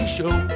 Show